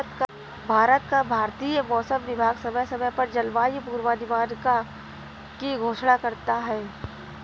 भारत का भारतीय मौसम विभाग समय समय पर जलवायु पूर्वानुमान की घोषणा करता है